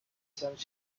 some